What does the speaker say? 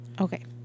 okay